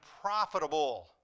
profitable